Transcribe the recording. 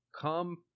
come